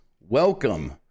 Welcome